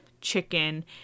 chicken